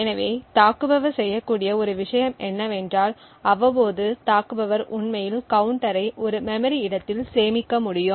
எனவே தாக்குபவர் செய்யக்கூடிய ஒரு விஷயம் என்னவென்றால் அவ்வப்போது தாக்குபவர் உண்மையில் கவுண்டரை ஒரு மெமரி இடத்தில் சேமிக்க முடியும்